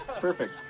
Perfect